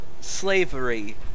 slavery